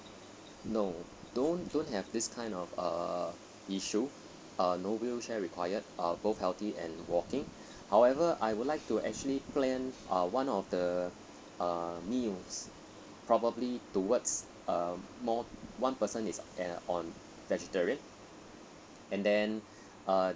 no don't don't have this kind of uh issue uh no wheelchair required uh both healthy and walking however I would like to actually plan uh one of the err meals probably towards uh more one person is at on vegetarian and then uh